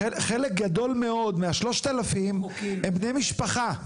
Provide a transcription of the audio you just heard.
חלק גדול מה-3,000 הם בני משפחה.